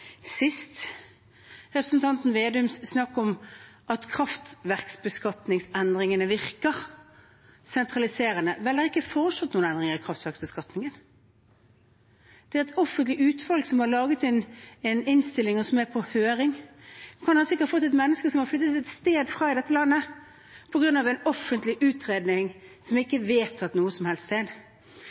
sist ved representanten Slagsvold Vedums snakk om at kraftverksbeskatningsendringene virker sentraliserende. Vel, det er ikke foreslått noen endringer i kraftverksbeskatningen. Det er et offentlig utvalg som har laget en innstilling, og den er på høring. Man kan altså ikke ha fått et menneske som har flyttet fra et sted i dette landet på grunn av en offentlig utredning som ikke er vedtatt noe som helst sted.